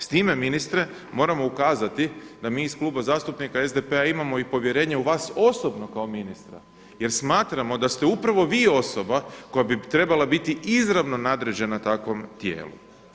S time ministre, moramo ukazati da mi iz Kluba zastupnika SDP-a imamo i povjerenje u vas osobno kao ministra jer smatramo da ste upravo vi osoba koja bi trebala biti izravno nadređena takvom tijelu.